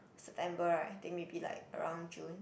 September right I think maybe like around June